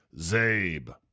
Zabe